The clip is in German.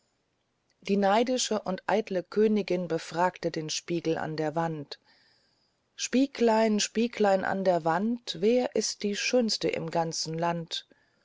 die neidische und eitle königin befragte den spiegel an der wand spieglein spieglein an der wand wer ist die schönste im ganzen land